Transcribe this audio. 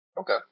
Okay